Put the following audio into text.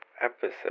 episode